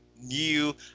new